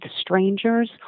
strangers